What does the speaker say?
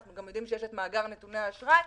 ואנחנו גם יודעים שיש את מאגר נתוני האשראי.